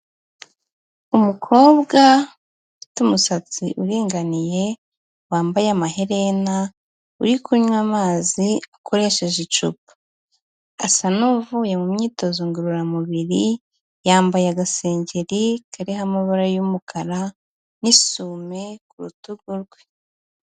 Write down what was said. Umukobwa ufite umusatsi uringaniye, wambaye amaherena, uri kunywa amazi akoresheje icupa, asa n'uvuye mu myitozo ngororamubiri, yambaye agasengeri kariho amabara y'umukara n'isume ku rutugu rwe.